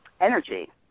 energy